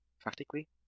practically